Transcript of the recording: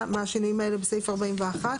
מה השינויים האלה בסעיף 41?